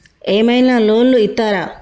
ఏమైనా లోన్లు ఇత్తరా?